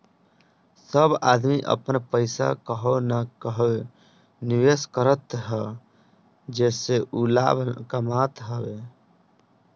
सब आदमी अपन पईसा के कहवो न कहवो निवेश करत हअ जेसे उ लाभ कमात हवे